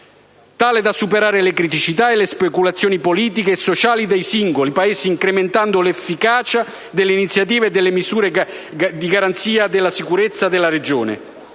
tale da superare le criticità e le speculazioni politiche e sociali dei singoli Paesi, incrementando l'efficacia delle iniziative e delle misure a garanzia della sicurezza della regione.